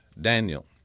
Daniel